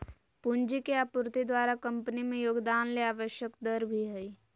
पूंजी के आपूर्ति द्वारा कंपनी में योगदान ले आवश्यक दर भी हइ